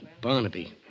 Barnaby